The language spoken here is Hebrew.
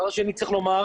צריך לומר